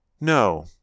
No